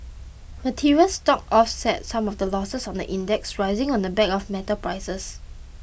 materials stocks offset some of the losses on the index rising on the back of metal prices